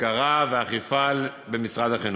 בקרה ואכיפה במשרד החינוך.